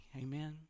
Amen